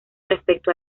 respecto